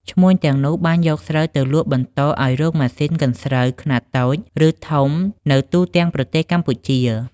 ឈ្មួញទាំងនោះ បានយកស្រូវទៅលក់បន្តឱ្យរោងម៉ាស៊ីនកិនស្រូវខ្នាតតូច ឬធំ នៅទូទាំងប្រទេសកម្ពុជា។